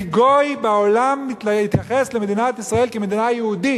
כי גוי בעולם מתייחס למדינת ישראל כמדינה יהודית,